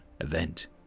event